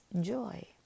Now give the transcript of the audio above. joy